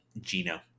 Gino